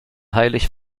heilig